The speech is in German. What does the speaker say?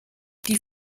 die